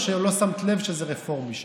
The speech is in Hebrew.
או שלא שמת לב שזה רפורמי שם?